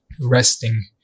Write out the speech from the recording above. resting